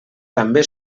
també